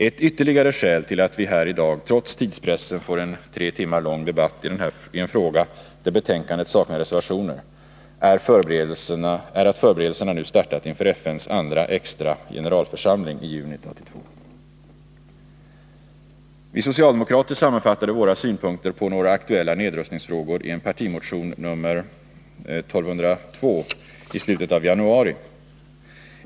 Ett ytterligare skäl till att vi här i dag trots tidspressen får en tre timmar lång debatt i en fråga där betänkandet saknar reservationer är att förberedelserna nu startat inför FN:s andra extra generalförsamling i juni 1982. Vi socialdemokrater sammanfattade våra synpunkter på några aktuella nedrustningsfrågor i en partimotion nr 1202 i slutet av januari.